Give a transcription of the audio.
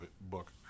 book